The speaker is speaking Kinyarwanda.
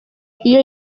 iyo